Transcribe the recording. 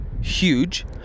huge